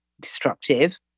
destructive